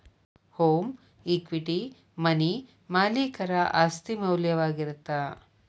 home equity money ಮಾಲೇಕರ ಆಸ್ತಿ ಮೌಲ್ಯವಾಗಿರತ್ತ